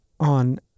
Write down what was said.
On